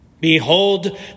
Behold